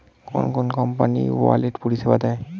কোন কোন company wallet পরিষেবা দেয়?